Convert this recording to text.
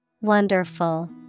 Wonderful